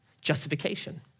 Justification